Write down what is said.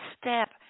step